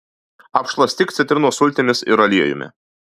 apšlakstyk citrinos sultimis ir aliejumi